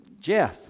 Jeff